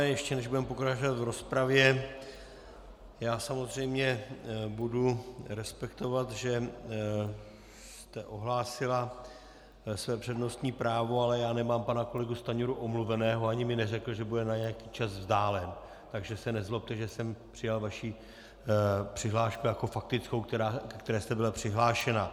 Ještě než budeme pokračovat v rozpravě já samozřejmě budu respektovat, že jste ohlásila své přednostní právo, ale já nemám pana kolegu Stanjuru omluveného ani mi neřekli, že bude na nějaký čas vzdálen, takže se nezlobte, že jsem přijal vaši přihlášku jako faktickou, ke které jste byla přihlášena.